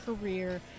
career